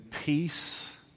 peace